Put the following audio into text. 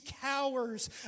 cowers